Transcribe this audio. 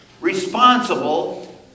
responsible